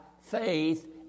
faith